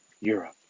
Europe